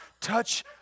touch